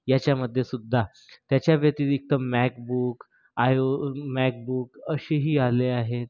याच्यामध्ये सुद्धा त्याच्या व्यतिरिक्त मॅकबुक आय ओ मॅकबुक असेही आले आहेत